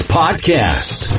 podcast